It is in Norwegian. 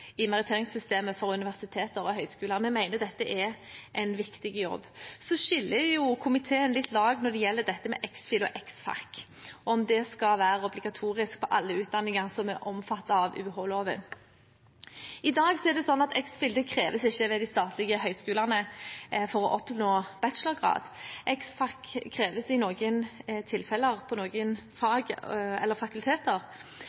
i meritteringssystemet for universiteter og høyskoler. Vi mener dette er en viktig jobb. Komiteen skiller litt lag når det gjelder dette med ex.phil. og ex.fac. – om det skal være obligatorisk for alle utdanninger som er omfattet av UH-loven. I dag er det slik at ex.phil. ikke kreves ved de statlige høyskolene for å oppnå en bachelorgrad. Ex.fac. kreves i noen tilfeller, for noen